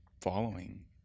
following